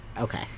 Okay